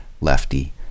lefty